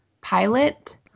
pilot